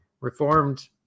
Reformed